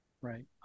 right